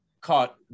caught